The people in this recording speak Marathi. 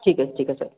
ठीक आहे ठीक आहे साहेब